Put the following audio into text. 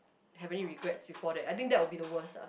have any regrets before that I think that will be the worst ah